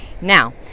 Now